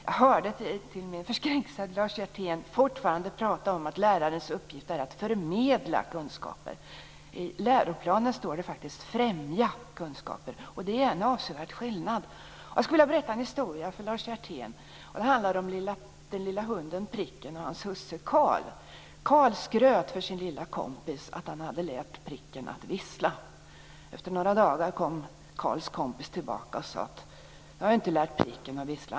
Jag hörde till min förskräckelse att Lars Hjertén fortfarande talade om att lärarens uppgift är att förmedla kunskaper. I läroplanen står det faktiskt att läraren ska främja kunskaper, och det är en avsevärd skillnad. Jag skulle vilja berätta en historia för Lars Hjertén. Den handlar om den lilla hunden Pricken och hans husse Carl. Carl skröt för sin lilla kompis att han hade lärt Pricken att vissla. Efter några dagar kom Carls kompis tillbaka och sade: Du har ju inte lärt Pricken att vissla.